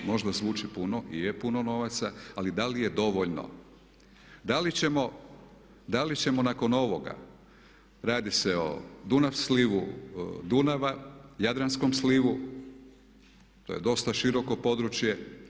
Možda zvuči puno i je puno novaca ali da li je dovoljno da li ćemo nakon ovoga, radi se o Dunav slivu, Dunava, Jadranskom slivu, to je dosta široko područje.